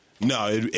No